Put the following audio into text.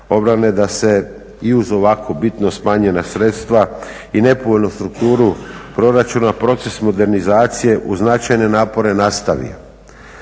obrane da se i uz ovako bitno smanjena sredstva i nepovoljnu strukturu proračuna proces modernizacije uz značajne napore nastavio.